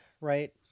right